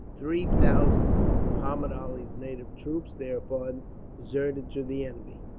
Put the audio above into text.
three thousand of muhammud ali's native troops thereupon deserted to the enemy.